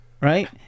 Right